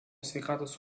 sveikatos